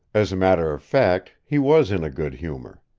as a matter of fact he was in a good humor.